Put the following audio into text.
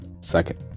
second